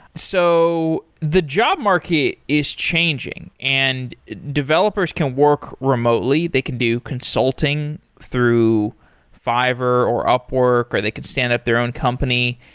so the job marquee is changing and developers can work remotely. they can do consulting through fiverr or upwork or they could stand up their own company,